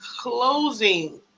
closing